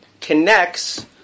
connects